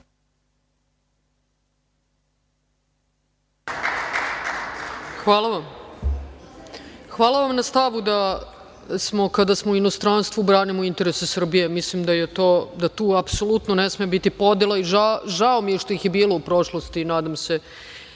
Brnabić** Hvala vam na stavu da kada smo u inostranstvu branimo interese Srbije. Mislim da tu apsolutno ne sme biti podela i žao mi je što ih je bilo u prošlosti i nadam se